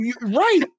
Right